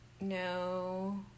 no